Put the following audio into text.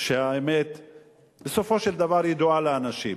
שהאמת בסופו של דבר ידועה לאנשים.